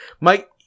Mike